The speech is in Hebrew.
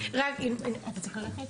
אתה צריך ללכת?